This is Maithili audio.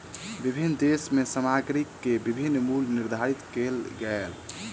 विभिन्न देश में सामग्री के विभिन्न मूल्य निर्धारित कएल गेल